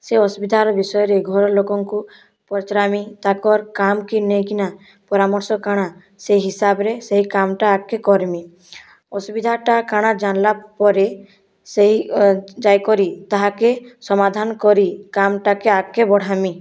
ସେ ଅସୁବିଧାର ବିଷୟରେ ଘର ଲୋକଙ୍କୁ ପଚରାମି ତାକଁର କାମକେ ନେଇକିନା ପରାମର୍ଶ କା'ଣା ସେଇ ହିସାବରେ ସେଇ କାମଟା ଆଗକେ କରମି ଅସୁବିଧାଟା କା'ଣା ଜାଣଲା ପରେ ସେ ଯାଇକରି ତାହାକେ ସମାଧାନ କରି କାମଟାକେ ଆଗକେ ବଢ଼ାମି